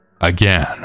Again